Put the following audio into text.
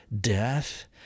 death